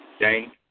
Jane